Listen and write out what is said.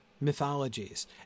mythologies